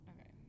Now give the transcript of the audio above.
Okay